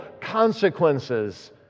consequences